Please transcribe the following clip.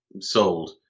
sold